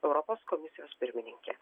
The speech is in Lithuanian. europos komisijos pirmininkė